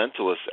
fundamentalists